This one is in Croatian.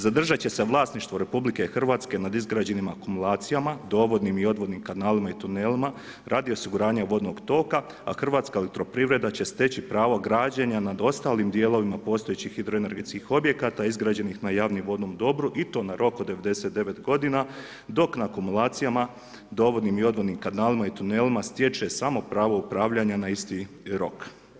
Zadržat će se vlasništvo RH nad izgrađenim akumulacijama, dovodnim i odvodnim kanalima i tunelima radi osiguranja vodnog toka, a Hrvatska elektroprivreda će steći pravo građenja nad ostalim dijelovima postojećih hidro energetskih objekata izgrađenih na javnom vodnom dobru i to na rok od 99 godina dok na akumulacijama, dovodnim i odvodnim kanalima i tunelima stječe samo pravo upravljanja na isti rok.